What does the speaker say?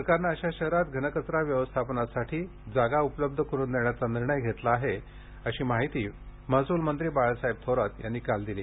सरकारने अशा शहरांत घनकचरा व्यवस्थापनासाठी जागा उपलब्ध करुन देण्याचा निर्णय घेतला असल्याची माहिती महसूलमंत्री बाळासाहेब थोरात यांनी काल दिली